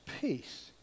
peace